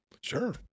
Sure